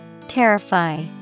Terrify